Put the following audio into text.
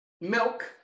milk